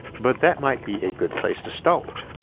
but that might be a good place to start.